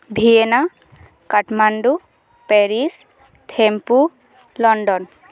Vienna Kathmandu Paris Thimphu London